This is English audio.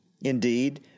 Indeed